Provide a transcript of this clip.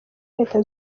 leta